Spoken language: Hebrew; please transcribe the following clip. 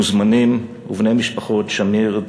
מוזמנים ובני המשפחות שמיר,